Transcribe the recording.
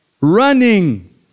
Running